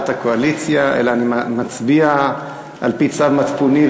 הקואליציה אלא אני מצביע על-פי צו מצפוני,